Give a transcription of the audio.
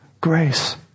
grace